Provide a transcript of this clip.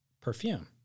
Perfume